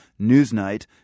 Newsnight